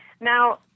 now